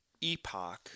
Epoch